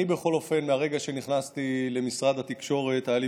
מהרגע שנכנסתי למשרד התקשורת היה לי